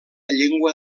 llengua